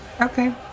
Okay